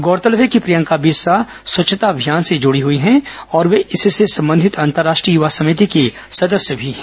गौरतलब है कि प्रियंका बिस्सा स्वच्छता अभियान से जुड़ी हुई है और वे इससे संबंधित अंतर्राष्ट्रीय युवा समिति की सदस्य भी है